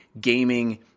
gaming